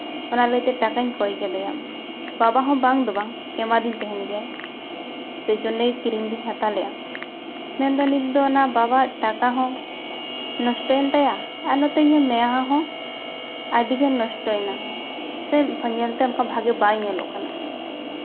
ᱚᱱᱟ ᱞᱟᱹᱭᱛᱮ ᱴᱟᱠᱟᱧ ᱠᱚᱭ ᱠᱮᱫᱮᱭᱟ ᱵᱟᱵᱟ ᱦᱚᱸ ᱵᱟᱝ ᱫᱚ ᱵᱟᱝ ᱮᱢᱟᱫᱤᱧ ᱛᱟᱦᱮᱱ ᱜᱮᱭᱟᱭ ᱥᱮᱭ ᱡᱚᱱᱱᱮ ᱠᱨᱤᱢ ᱫᱚᱧ ᱦᱟᱛᱟᱣ ᱞᱮᱫᱼᱟ ᱢᱮᱱᱫᱚ ᱱᱤᱛ ᱫᱚ ᱚᱱᱟ ᱵᱟᱵᱟ ᱟᱜ ᱴᱟᱠᱟ ᱦᱚᱸ ᱱᱚᱥᱴᱚᱭᱮᱱ ᱛᱟᱭᱟ ᱟᱨ ᱱᱚᱛᱮ ᱤᱧᱟᱹᱜ ᱢᱮᱫᱦᱟ ᱦᱚᱸ ᱟᱹᱰᱤᱜᱮ ᱱᱚᱥᱴᱚᱭᱮᱱᱟ ᱥᱮ ᱧᱮᱞ ᱛᱮ ᱚᱱᱠᱟ ᱵᱷᱟᱹᱜᱤ ᱵᱟᱭ ᱧᱮᱞᱚᱜ ᱠᱟᱱᱟ